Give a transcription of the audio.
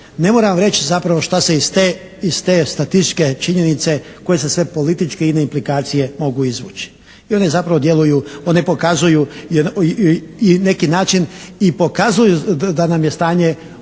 Ne moram vam reći zapravo šta se iz te statističke činjenice koje se sve političke i ine implikacije mogu izvući jer oni zapravo djeluju, oni pokazuju i neki način i pokazuju da nam je stanje